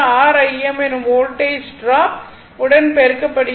R Im எனும் voltage drop உடன் பெருக்கப்படுகிறது